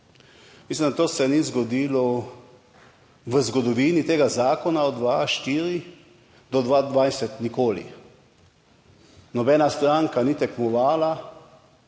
Mislim, da to se ni zgodilo v zgodovini tega zakona od 2004 do 2020 nikoli - nobena stranka ni tekmovala